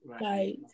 Right